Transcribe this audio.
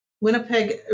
Winnipeg